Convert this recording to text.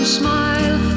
smile